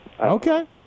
Okay